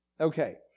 Okay